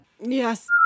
Yes